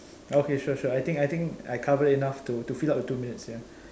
okay sure sure I think I think I cover enough to to fill up the two minutes ya